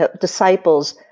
disciples